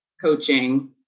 coaching